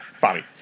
Bobby